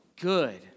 good